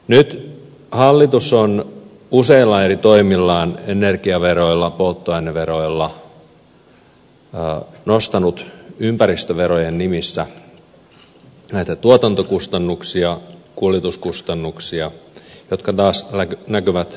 nyt hallitus on useilla eri toimillaan energiaveroilla polttoaineveroilla nostanut ympäristöverojen nimissä näitä tuotantokustannuksia kuljetuskustannuksia jotka taas näkyvät loppuhinnassa